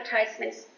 advertisements